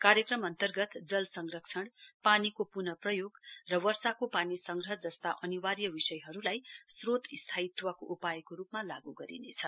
कार्यक्रम अन्तर्गत जल संरक्षण पानीको पुन प्रयोग र वर्षाको पानी संग्रह जस्ता अनिवार्य विषयहरुलाई श्रोत स्थायीत्वको उपायको रुपमा लागू गरिनेछ